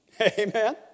Amen